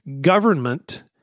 government